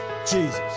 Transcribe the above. Jesus